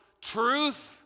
truth